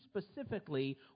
specifically